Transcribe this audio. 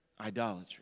idolatry